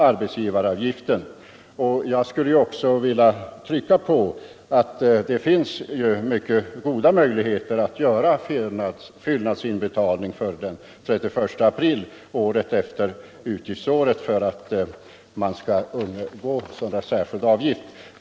arbetsgivaravgifter, Jag skulle också vilja poängtera att det finns mycket goda möjligheter — m.m. att göra fyllnadsinbetalning före den 30 april året efter utgiftsåret för att undgå särskild avgift.